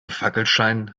fackelschein